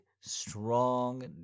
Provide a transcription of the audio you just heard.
strong